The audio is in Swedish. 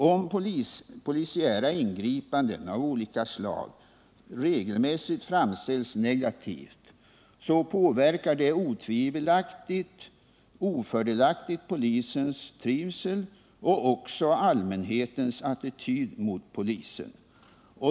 Om polisiära ingripanden av olika slag regelmässigt framställs negativt, påverkar det ofördelaktigt polisens trivsel och också allmänhetens attityd mot polisen.